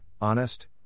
honest